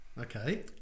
Okay